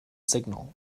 signal